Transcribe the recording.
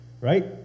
right